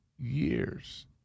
years